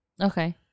okay